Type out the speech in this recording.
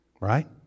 Right